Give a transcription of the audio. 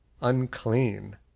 unclean